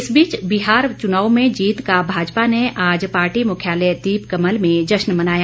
इस बीच बिहार चुनाव में जीत का भाजपा ने आज पार्टी मुख्यालय दीप कमल में जश्न मनाया